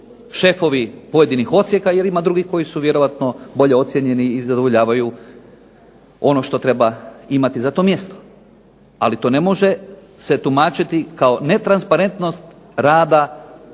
šefovi pojedinih odsjeka, jer ima drugih koji su vjerojatno bolje ocijenjeni i zadovoljavaju ono što treba imati za to mjesto. Ali to ne može se tumačiti kao netransparentnost rada